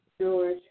George